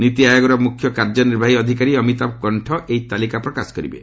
ନୀତି ଆୟୋଗର ମୁଖ୍ୟ କାର୍ଯ୍ୟନିର୍ବାହୀ ଅଧିକାରୀ ଅମିତାଭ କଣ୍ଠ ଏହି ତାଲିକା ପ୍ରକାଶ କରିବେ